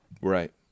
Right